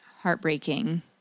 heartbreaking